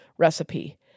recipe